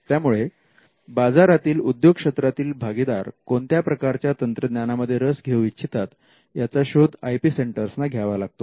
त्यामुळे बाजारातील उद्योग क्षेत्रातील भागीदार कोणत्या प्रकारच्या तंत्रज्ञानामध्ये रस घेऊ इच्छितात याचा शोध आय पी सेंटर्सना घ्यावा लागतो